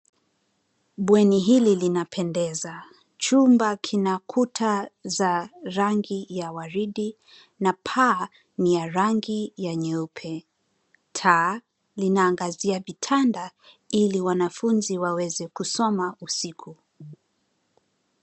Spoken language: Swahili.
Bweni hili linapendeza chumba kina kuta za rangi ya waridi na paa ni ya rangi ya nyeupe. Taa inaangazia vitanda ili wanafunzi waweze kusoma usiku.